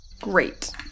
Great